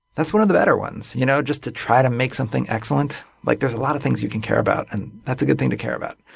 that's one of the better ones, you know just to really to make something excellent. like there's a lot of things you can care about, and that's a good thing to care about.